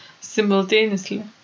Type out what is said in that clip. Simultaneously